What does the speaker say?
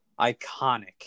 iconic